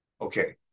Okay